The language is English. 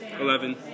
Eleven